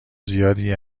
زیادی